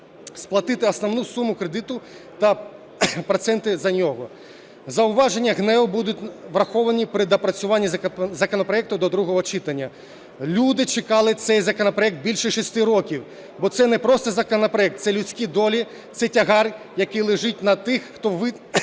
сплатити основну суму кредиту та проценти за нього. Зауваження ГНЕУ будуть враховані при доопрацюванні законопроекту до другого читання. Люди чекали цей законопроект більше 6 років, бо це не просто законопроект, це людські долі, це тягар, який лежить на тих, хто втратив